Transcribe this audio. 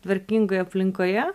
tvarkingoj aplinkoje